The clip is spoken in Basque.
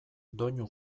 doinu